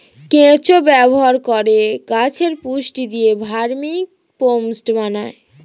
কেঁচো ব্যবহার করে গাছে পুষ্টি দিয়ে ভার্মিকম্পোস্ট বানায়